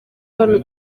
hano